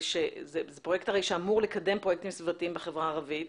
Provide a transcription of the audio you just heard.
זה פרויקט הרי שאמור לקדם פרויקטים סביבתיים בחברה הערבית.